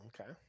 okay